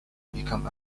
became